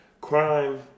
Crime